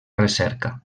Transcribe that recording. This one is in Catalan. recerca